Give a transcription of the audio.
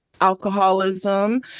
alcoholism